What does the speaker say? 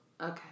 Okay